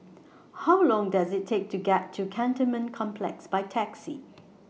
How Long Does IT Take to get to Cantonment Complex By Taxi